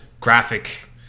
graphic